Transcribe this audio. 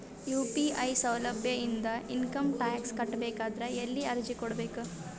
UPI ಸೌಲಭ್ಯ ಇಂದ income tax ಕಟ್ಟಬೇಕಾದರ ಎಲ್ಲಿ ಅರ್ಜಿ ಕೊಡಬೇಕು?